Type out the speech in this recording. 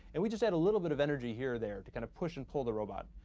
and we just add a little bit of energy here or there to kind of push and pull the robot.